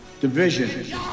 division